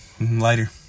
Later